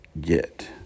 get